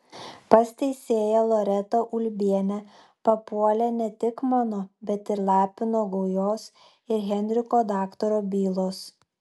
pas teisėją loretą ulbienę papuolė ne tik mano bet ir lapino gaujos ir henriko daktaro bylos